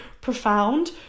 profound